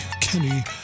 Kenny